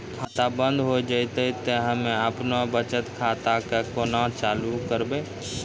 खाता बंद हो जैतै तऽ हम्मे आपनौ बचत खाता कऽ केना चालू करवै?